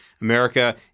America